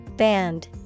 Band